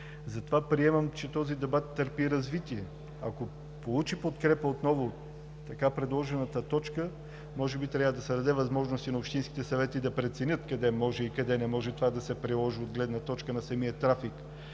Затова приемам, че този дебат търпи развитие. Ако получи подкрепа отново така предложената точка, може би трябва да се даде възможност и на общинските съвети да преценят къде може и къде не може това да се приложи от гледна точка на самия трафик,